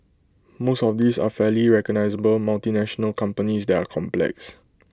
most of these are fairly recognisable multinational companies that are complex